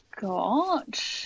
got